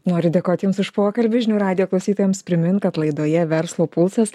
noriu dėkoti jums už pokalbį žinių radijo klausytojams primint kad laidoje verslo pulsas